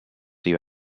you